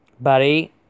Buddy